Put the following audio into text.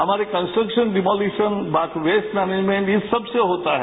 हमारे construction demolition waste management इन सब से होता है